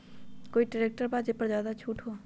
कोइ ट्रैक्टर बा जे पर ज्यादा छूट हो?